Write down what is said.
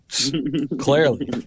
clearly